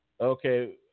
Okay